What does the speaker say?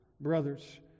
Brothers